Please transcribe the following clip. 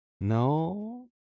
No